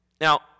Now